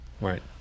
Right